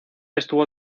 estuvo